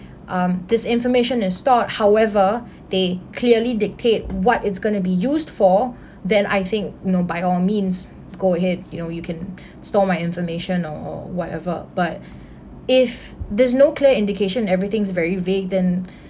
um this information is stored however they clearly dictate what it's gonna be used for then I think you know by all means go ahead you know you can store my information or or whatever but if there's no clear indication everything's very vague then